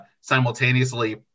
simultaneously